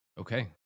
Okay